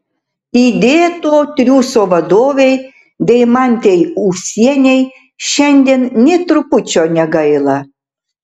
įdėto triūso vadovei deimantei ūsienei šiandien nė trupučio negaila